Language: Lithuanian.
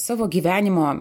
savo gyvenimo